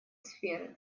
сферы